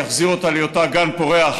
יחזיר אותה להיותה גן פורח